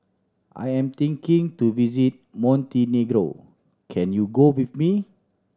I am thinking to visiting Montenegro can you go with me